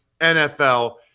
NFL